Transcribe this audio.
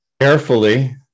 Carefully